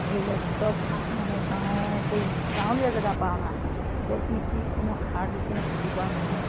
ধৰি লওক চব মানে গাঁৱৰ গাঁৱলীয়া জেগাৰপৰা অনা য'ত নেকি কোনো সাৰ দি কেনে খেতি কৰা নহয়